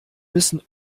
müssen